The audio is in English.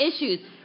issues